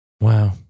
Wow